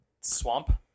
swamp